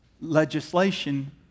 legislation